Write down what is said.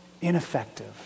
ineffective